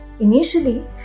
Initially